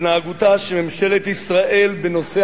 התנהגותה של ממשלת ישראל בנושא